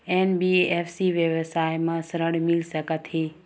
NBFC व्यवसाय मा ऋण मिल सकत हे